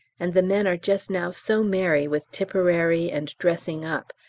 and the men are just now so merry with tipperary, and dressing up,